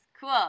Cool